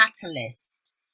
catalyst